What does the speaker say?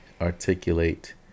articulate